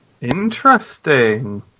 Interesting